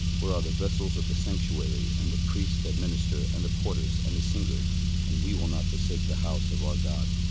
where are the vessels of the sanctuary, and the priests that minister, and the porters, and the singers and we will not forsake the house of our god.